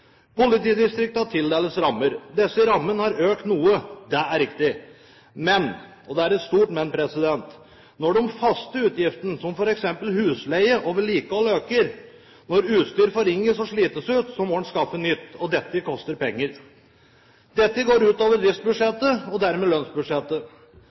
tildeles rammer. Disse rammene har økt noe. Det er riktig. Men – og det er et stort men – når de faste utgiftene, som f.eks. husleie og vedlikehold øker, når utstyr forringes og slites ut, må man skaffe nytt. Det koster penger. Det går ut over